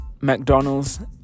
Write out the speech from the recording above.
McDonald's